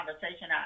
conversation